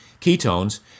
ketones